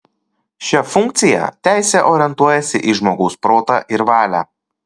šia funkciją teisė orientuojasi į žmogaus protą ir valią